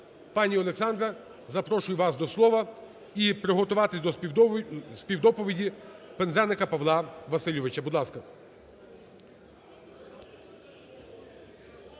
Пані Олександро, запрошую вас до слова. І приготуватися до співдоповіді Пинзеника Павла Васильовича. Будь ласка.